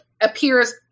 appears